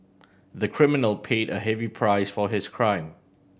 the criminal paid a heavy price for his crime